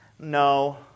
No